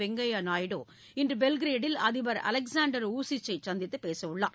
வெங்கைய நாயுடு இன்று பெல்கிரேடில் அதிபர் அலெக்சாண்டர் ஊசிச் சை சந்தித்து பேசவுள்ளார்